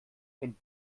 wenn